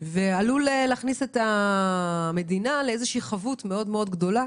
מה שעלול להכניס את המדינה לחבות מאוד גדולה